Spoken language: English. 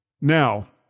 Now